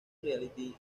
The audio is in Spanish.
reality